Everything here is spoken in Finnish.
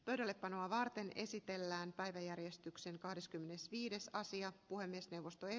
pöydällepanoa varten esitellään päiväjärjestyksen kahdeskymmenesviides rasia puhemiesneuvosto ei